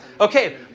Okay